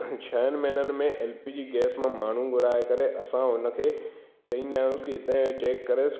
छहनि महिननि में एल पी जी गैस मां माण्हू घुराए करे असां उन खे चवंदा आहियूं की हितां हीअ चैक करेसि